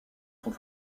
sont